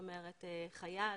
חייל,